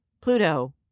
Pluto